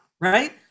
right